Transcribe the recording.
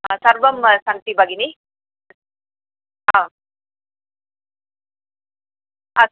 हा सर्वं सन्ति भगिनि हा अस्तु